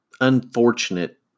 unfortunate